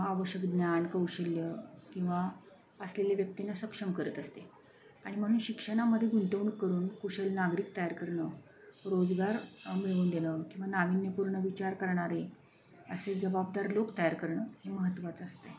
आवश्यक ज्ञान कौशल्य किंवा असलेले व्यक्तींना सक्षम करत असते आणि म्हणून शिक्षणामध्ये गुंतवणूक करून कुशल नागरिक तयार करणं रोजगार मिळवून देणं किंवा नाविन्यपूर्ण विचार करणारे असे जबाबदार लोक तयार करणं हे महत्त्वाचं असतं आहे